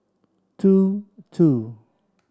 two two